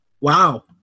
Wow